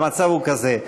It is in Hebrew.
המצב הוא כזה: